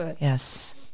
Yes